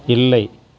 இல்லை